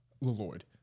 Lloyd